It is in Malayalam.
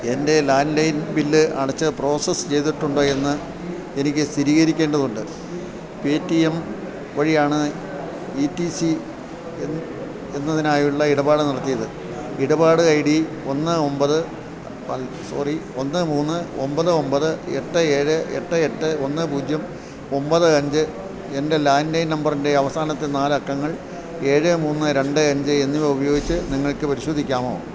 എൻ്റെ ലാൻറ്റ് ലൈൻ ബില്ല് അടച്ചത് പ്രോസസ്സ് ചെയ്തിട്ടുണ്ടോ എന്ന് എനിക്ക് സ്ഥിരീകരിക്കേണ്ടതുണ്ട് പേടിഎം വഴിയാണ് ഇ ടി സി എന്ന് എന്നതിനായുള്ള ഇടപാട് നടത്തിയത് ഇടപാട് ഐ ഡി ഒന്ന് ഒൻപത് അല്ല സോറി ഒന്ന് മൂന്ന് ഒൻപത് ഒൻപത് എട്ട് ഏഴ് എട്ട് എട്ട് ഒന്ന് പൂജ്യം ഒൻപത് അഞ്ച് എൻ്റെ ലാൻറ്റ് ലൈൻ നമ്പറിൻ്റെ അവസാനത്തെ നാല് അക്കങ്ങൾ ഏഴ് മൂന്ന് രണ്ട് അഞ്ച് എന്നിവ ഉപയോഗിച്ച് നിങ്ങൾക്ക് പരിശോധിക്കാമോ